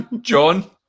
John